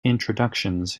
introductions